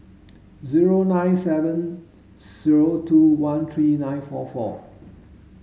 zero nine seven throw two one three nine four four